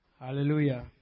Hallelujah